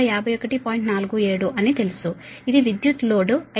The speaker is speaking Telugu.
47 తెలుసు ఇది విద్యుత్ లోడ్ 551